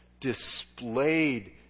displayed